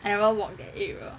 I never walk that area